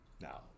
Now